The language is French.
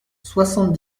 soixante